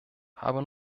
habe